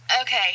Okay